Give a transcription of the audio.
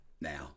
now